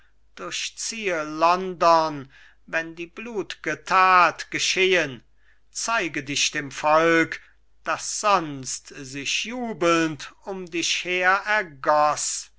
durchziehe london wenn die blut'ge tat geschehen zeige dich dem volk das sonst sich jubelnd um dich her ergoß